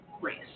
race